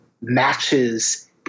matches